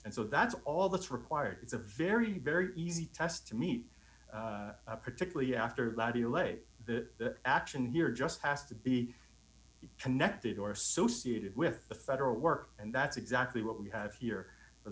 and so that's all that's required it's a very very easy test to me particularly after you lay the action here just has to be connected or associated with the federal work and that's exactly what we have here for